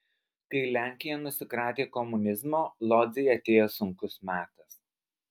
kai lenkija nusikratė komunizmo lodzei atėjo sunkus metas